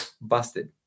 busted